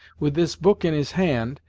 with this book in his hand,